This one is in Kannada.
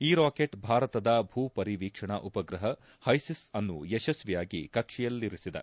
ಈ ರಾಕೆಟ್ ಭಾರತದ ಭೂಪರಿವೀಕ್ಷಣಾ ಉಪಗ್ರಹ ಹೈಸಿಸ್ ಅನ್ನು ಯಶಸ್ತಿಯಾಗಿ ಕಕ್ಷೆಯಲ್ಲಿಸಿದೆ